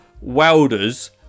welders